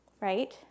right